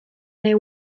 they